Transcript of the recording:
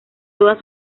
todas